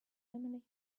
family